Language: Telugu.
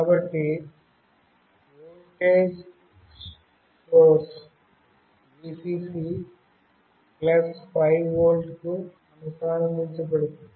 కాబట్టి వోల్టేజ్ సోర్స్ Vcc 5 వోల్ట్కు అనుసంధానించబడుతుంది